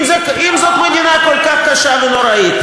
אם זאת מדינה כל כך קשה ונוראית,